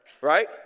right